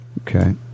Okay